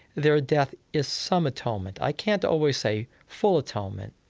their death is some atonement. i can't always say full atonement.